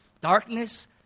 Darkness